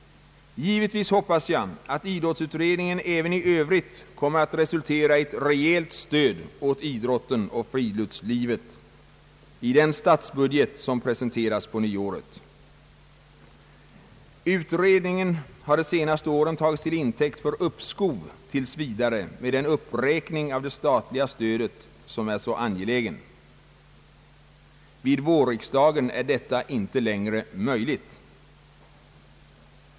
Givetvis hoppas jag att idrottsutredningen även i övrigt kommer att resultera i ett rejält stöd åt idrotten och friluftslivet i den statsbudget som presenteras på nyåret. Utredningen har de senaste åren tagits till intäkt för uppskov tills vidare med den uppräkning av det statliga stödet som är så angelägen. Vid vårriksdagen är detta inte längre möjligt.